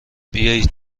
بیایید